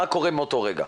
מה קורה מאותו רגע.